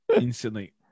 instantly